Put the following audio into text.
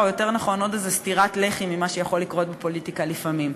או יותר נכון עוד איזו סטירת לחי ממה שיכול לקרות בפוליטיקה לפעמים.